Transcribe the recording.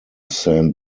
saint